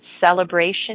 celebration